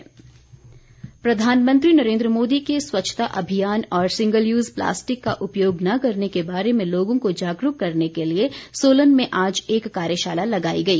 कार्यशाला प्रधानमंत्री नरेन्द्र मोदी के स्वच्छता अभियान और सिंगल यूज़ प्लास्टिक का उपयोग न करने के बारे में लोगों को जागरूक करने के लिए सोलन में आज एक कार्यशाला लगाई गई